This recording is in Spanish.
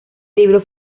libro